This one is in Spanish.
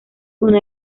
una